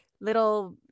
little